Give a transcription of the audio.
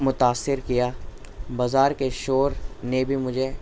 متاثر کیا بازار کے شور نے بھی مجھے